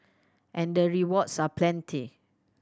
and the rewards are plenty